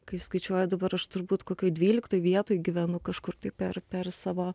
kai skaičiuoju dabar aš turbūt kokioj dvyliktoj vietoj gyvenu kažkur tai per per savo